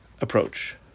approach